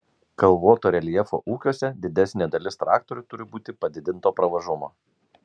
kalvoto reljefo ūkiuose didesnė dalis traktorių turi būti padidinto pravažumo